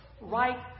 Right